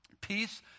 peace